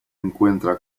encuentra